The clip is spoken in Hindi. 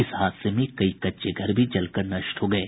इस हादसे में कई कच्चे घर भी जलकर नष्ट हो गये